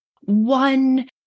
One